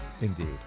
Indeed